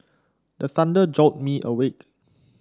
the thunder jolt me awake